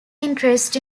interest